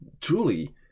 truly